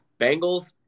Bengals